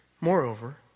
Moreover